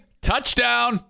Touchdown